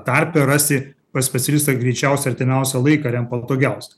tarpe rasti pas specialistą greičiausią artimiausią laiką ar jam patogiausią